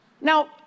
Now